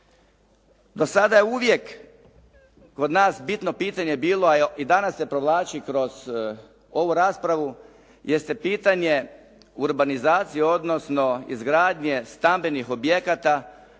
Do sada je uvijek kod nas bitno pitanje bilo, a i danas se provlači kroz ovu raspravu, jeste pitanje urbanizacije, odnosno izgradnje stambenih objekata